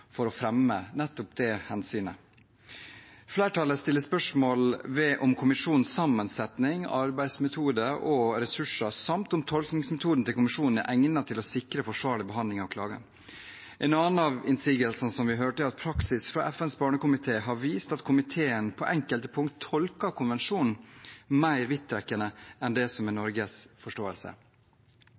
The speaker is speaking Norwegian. for å fremme nettopp det hensynet. Flertallet stiller spørsmål ved om kommisjonens sammensetning, arbeidsmetode og ressurser samt om tolkningsmetoden til kommisjonen er egnet til å sikre forsvarlig behandling av klagene. En annen av innsigelsene vi har hørt, er at praksis fra FNs barnekomité har vist at komiteen på enkelte punkt tolket konvensjonen mer vidtrekkende enn det som er Norges forståelse.